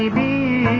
me